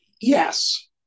Yes